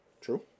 True